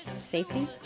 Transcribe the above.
safety